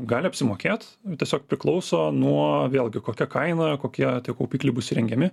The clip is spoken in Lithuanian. gali apsimokėt tiesiog priklauso nuo vėlgi kokia kaina kokie tie kaupikliai bus įrengiami